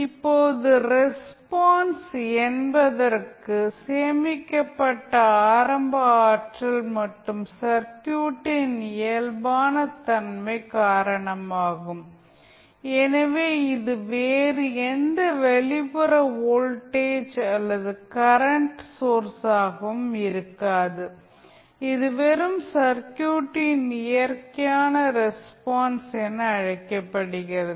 இப்போது ரெஸ்பான்ஸ் என்பதற்கு சேமிக்கப்பட்ட ஆரம்ப ஆற்றல் மற்றும் சர்க்யூட்டின் இயல்பான தன்மை காரணமாகும் எனவே இது வேறு எந்த வெளிப்புற வோல்டேஜ் அல்லது கரண்ட் சோர்ஸாகவும் இருக்காது இது வெறும் சர்க்யூட்டின் இயற்கையான ரெஸ்பான்ஸ் என அழைக்கப்படுகிறது